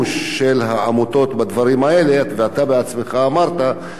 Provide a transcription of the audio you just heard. אתה בעצמך אמרת שזה יכול להיות מגמתי